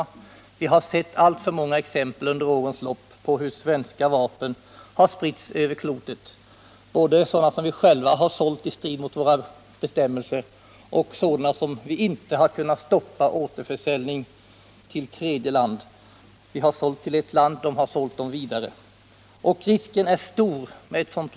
Vi har under årens lopp sett alltför många exempel på hur svenska vapen har spritts över klotet, både sådana som vi själva har sålt i strid med våra bestämmelser och sådana som vi inte har kunnat stoppa återförsäljning av till tredje land. Vi har sålt vapen till ett land och detta land har sedan sålt dem vidare.